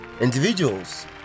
individuals